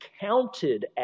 counted